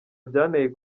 byanteye